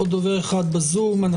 עוד דובר מהזום ידבר עכשיו,